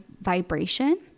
vibration